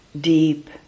deep